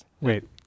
Wait